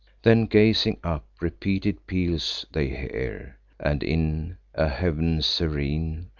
then, gazing up, repeated peals they hear and, in a heav'n serene,